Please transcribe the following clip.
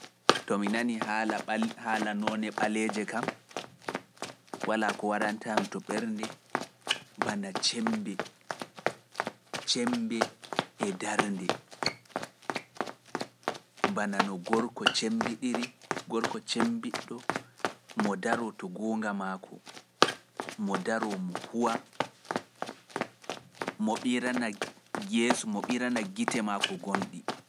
To mi nani haala noone ɓaleeje kam, walaa ko waranta am to ɓernde, bana cembe, cembe e darnde, bana no gorko cembiɗiri, gorko cembiɗɗo mo daroo to guunga maako, mo daroo mo huwa, mo ɓirana yeeso, mo ɓirana gite maako gonɗi.